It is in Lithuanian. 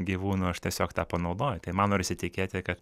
gyvūnų aš tiesiog tą panaudoju tai man norisi tikėti kad